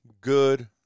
good